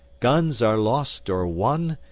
guns are lost or won,